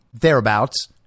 thereabouts